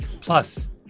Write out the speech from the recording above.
Plus